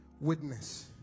witness